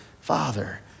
father